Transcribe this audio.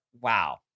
Wow